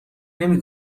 نمی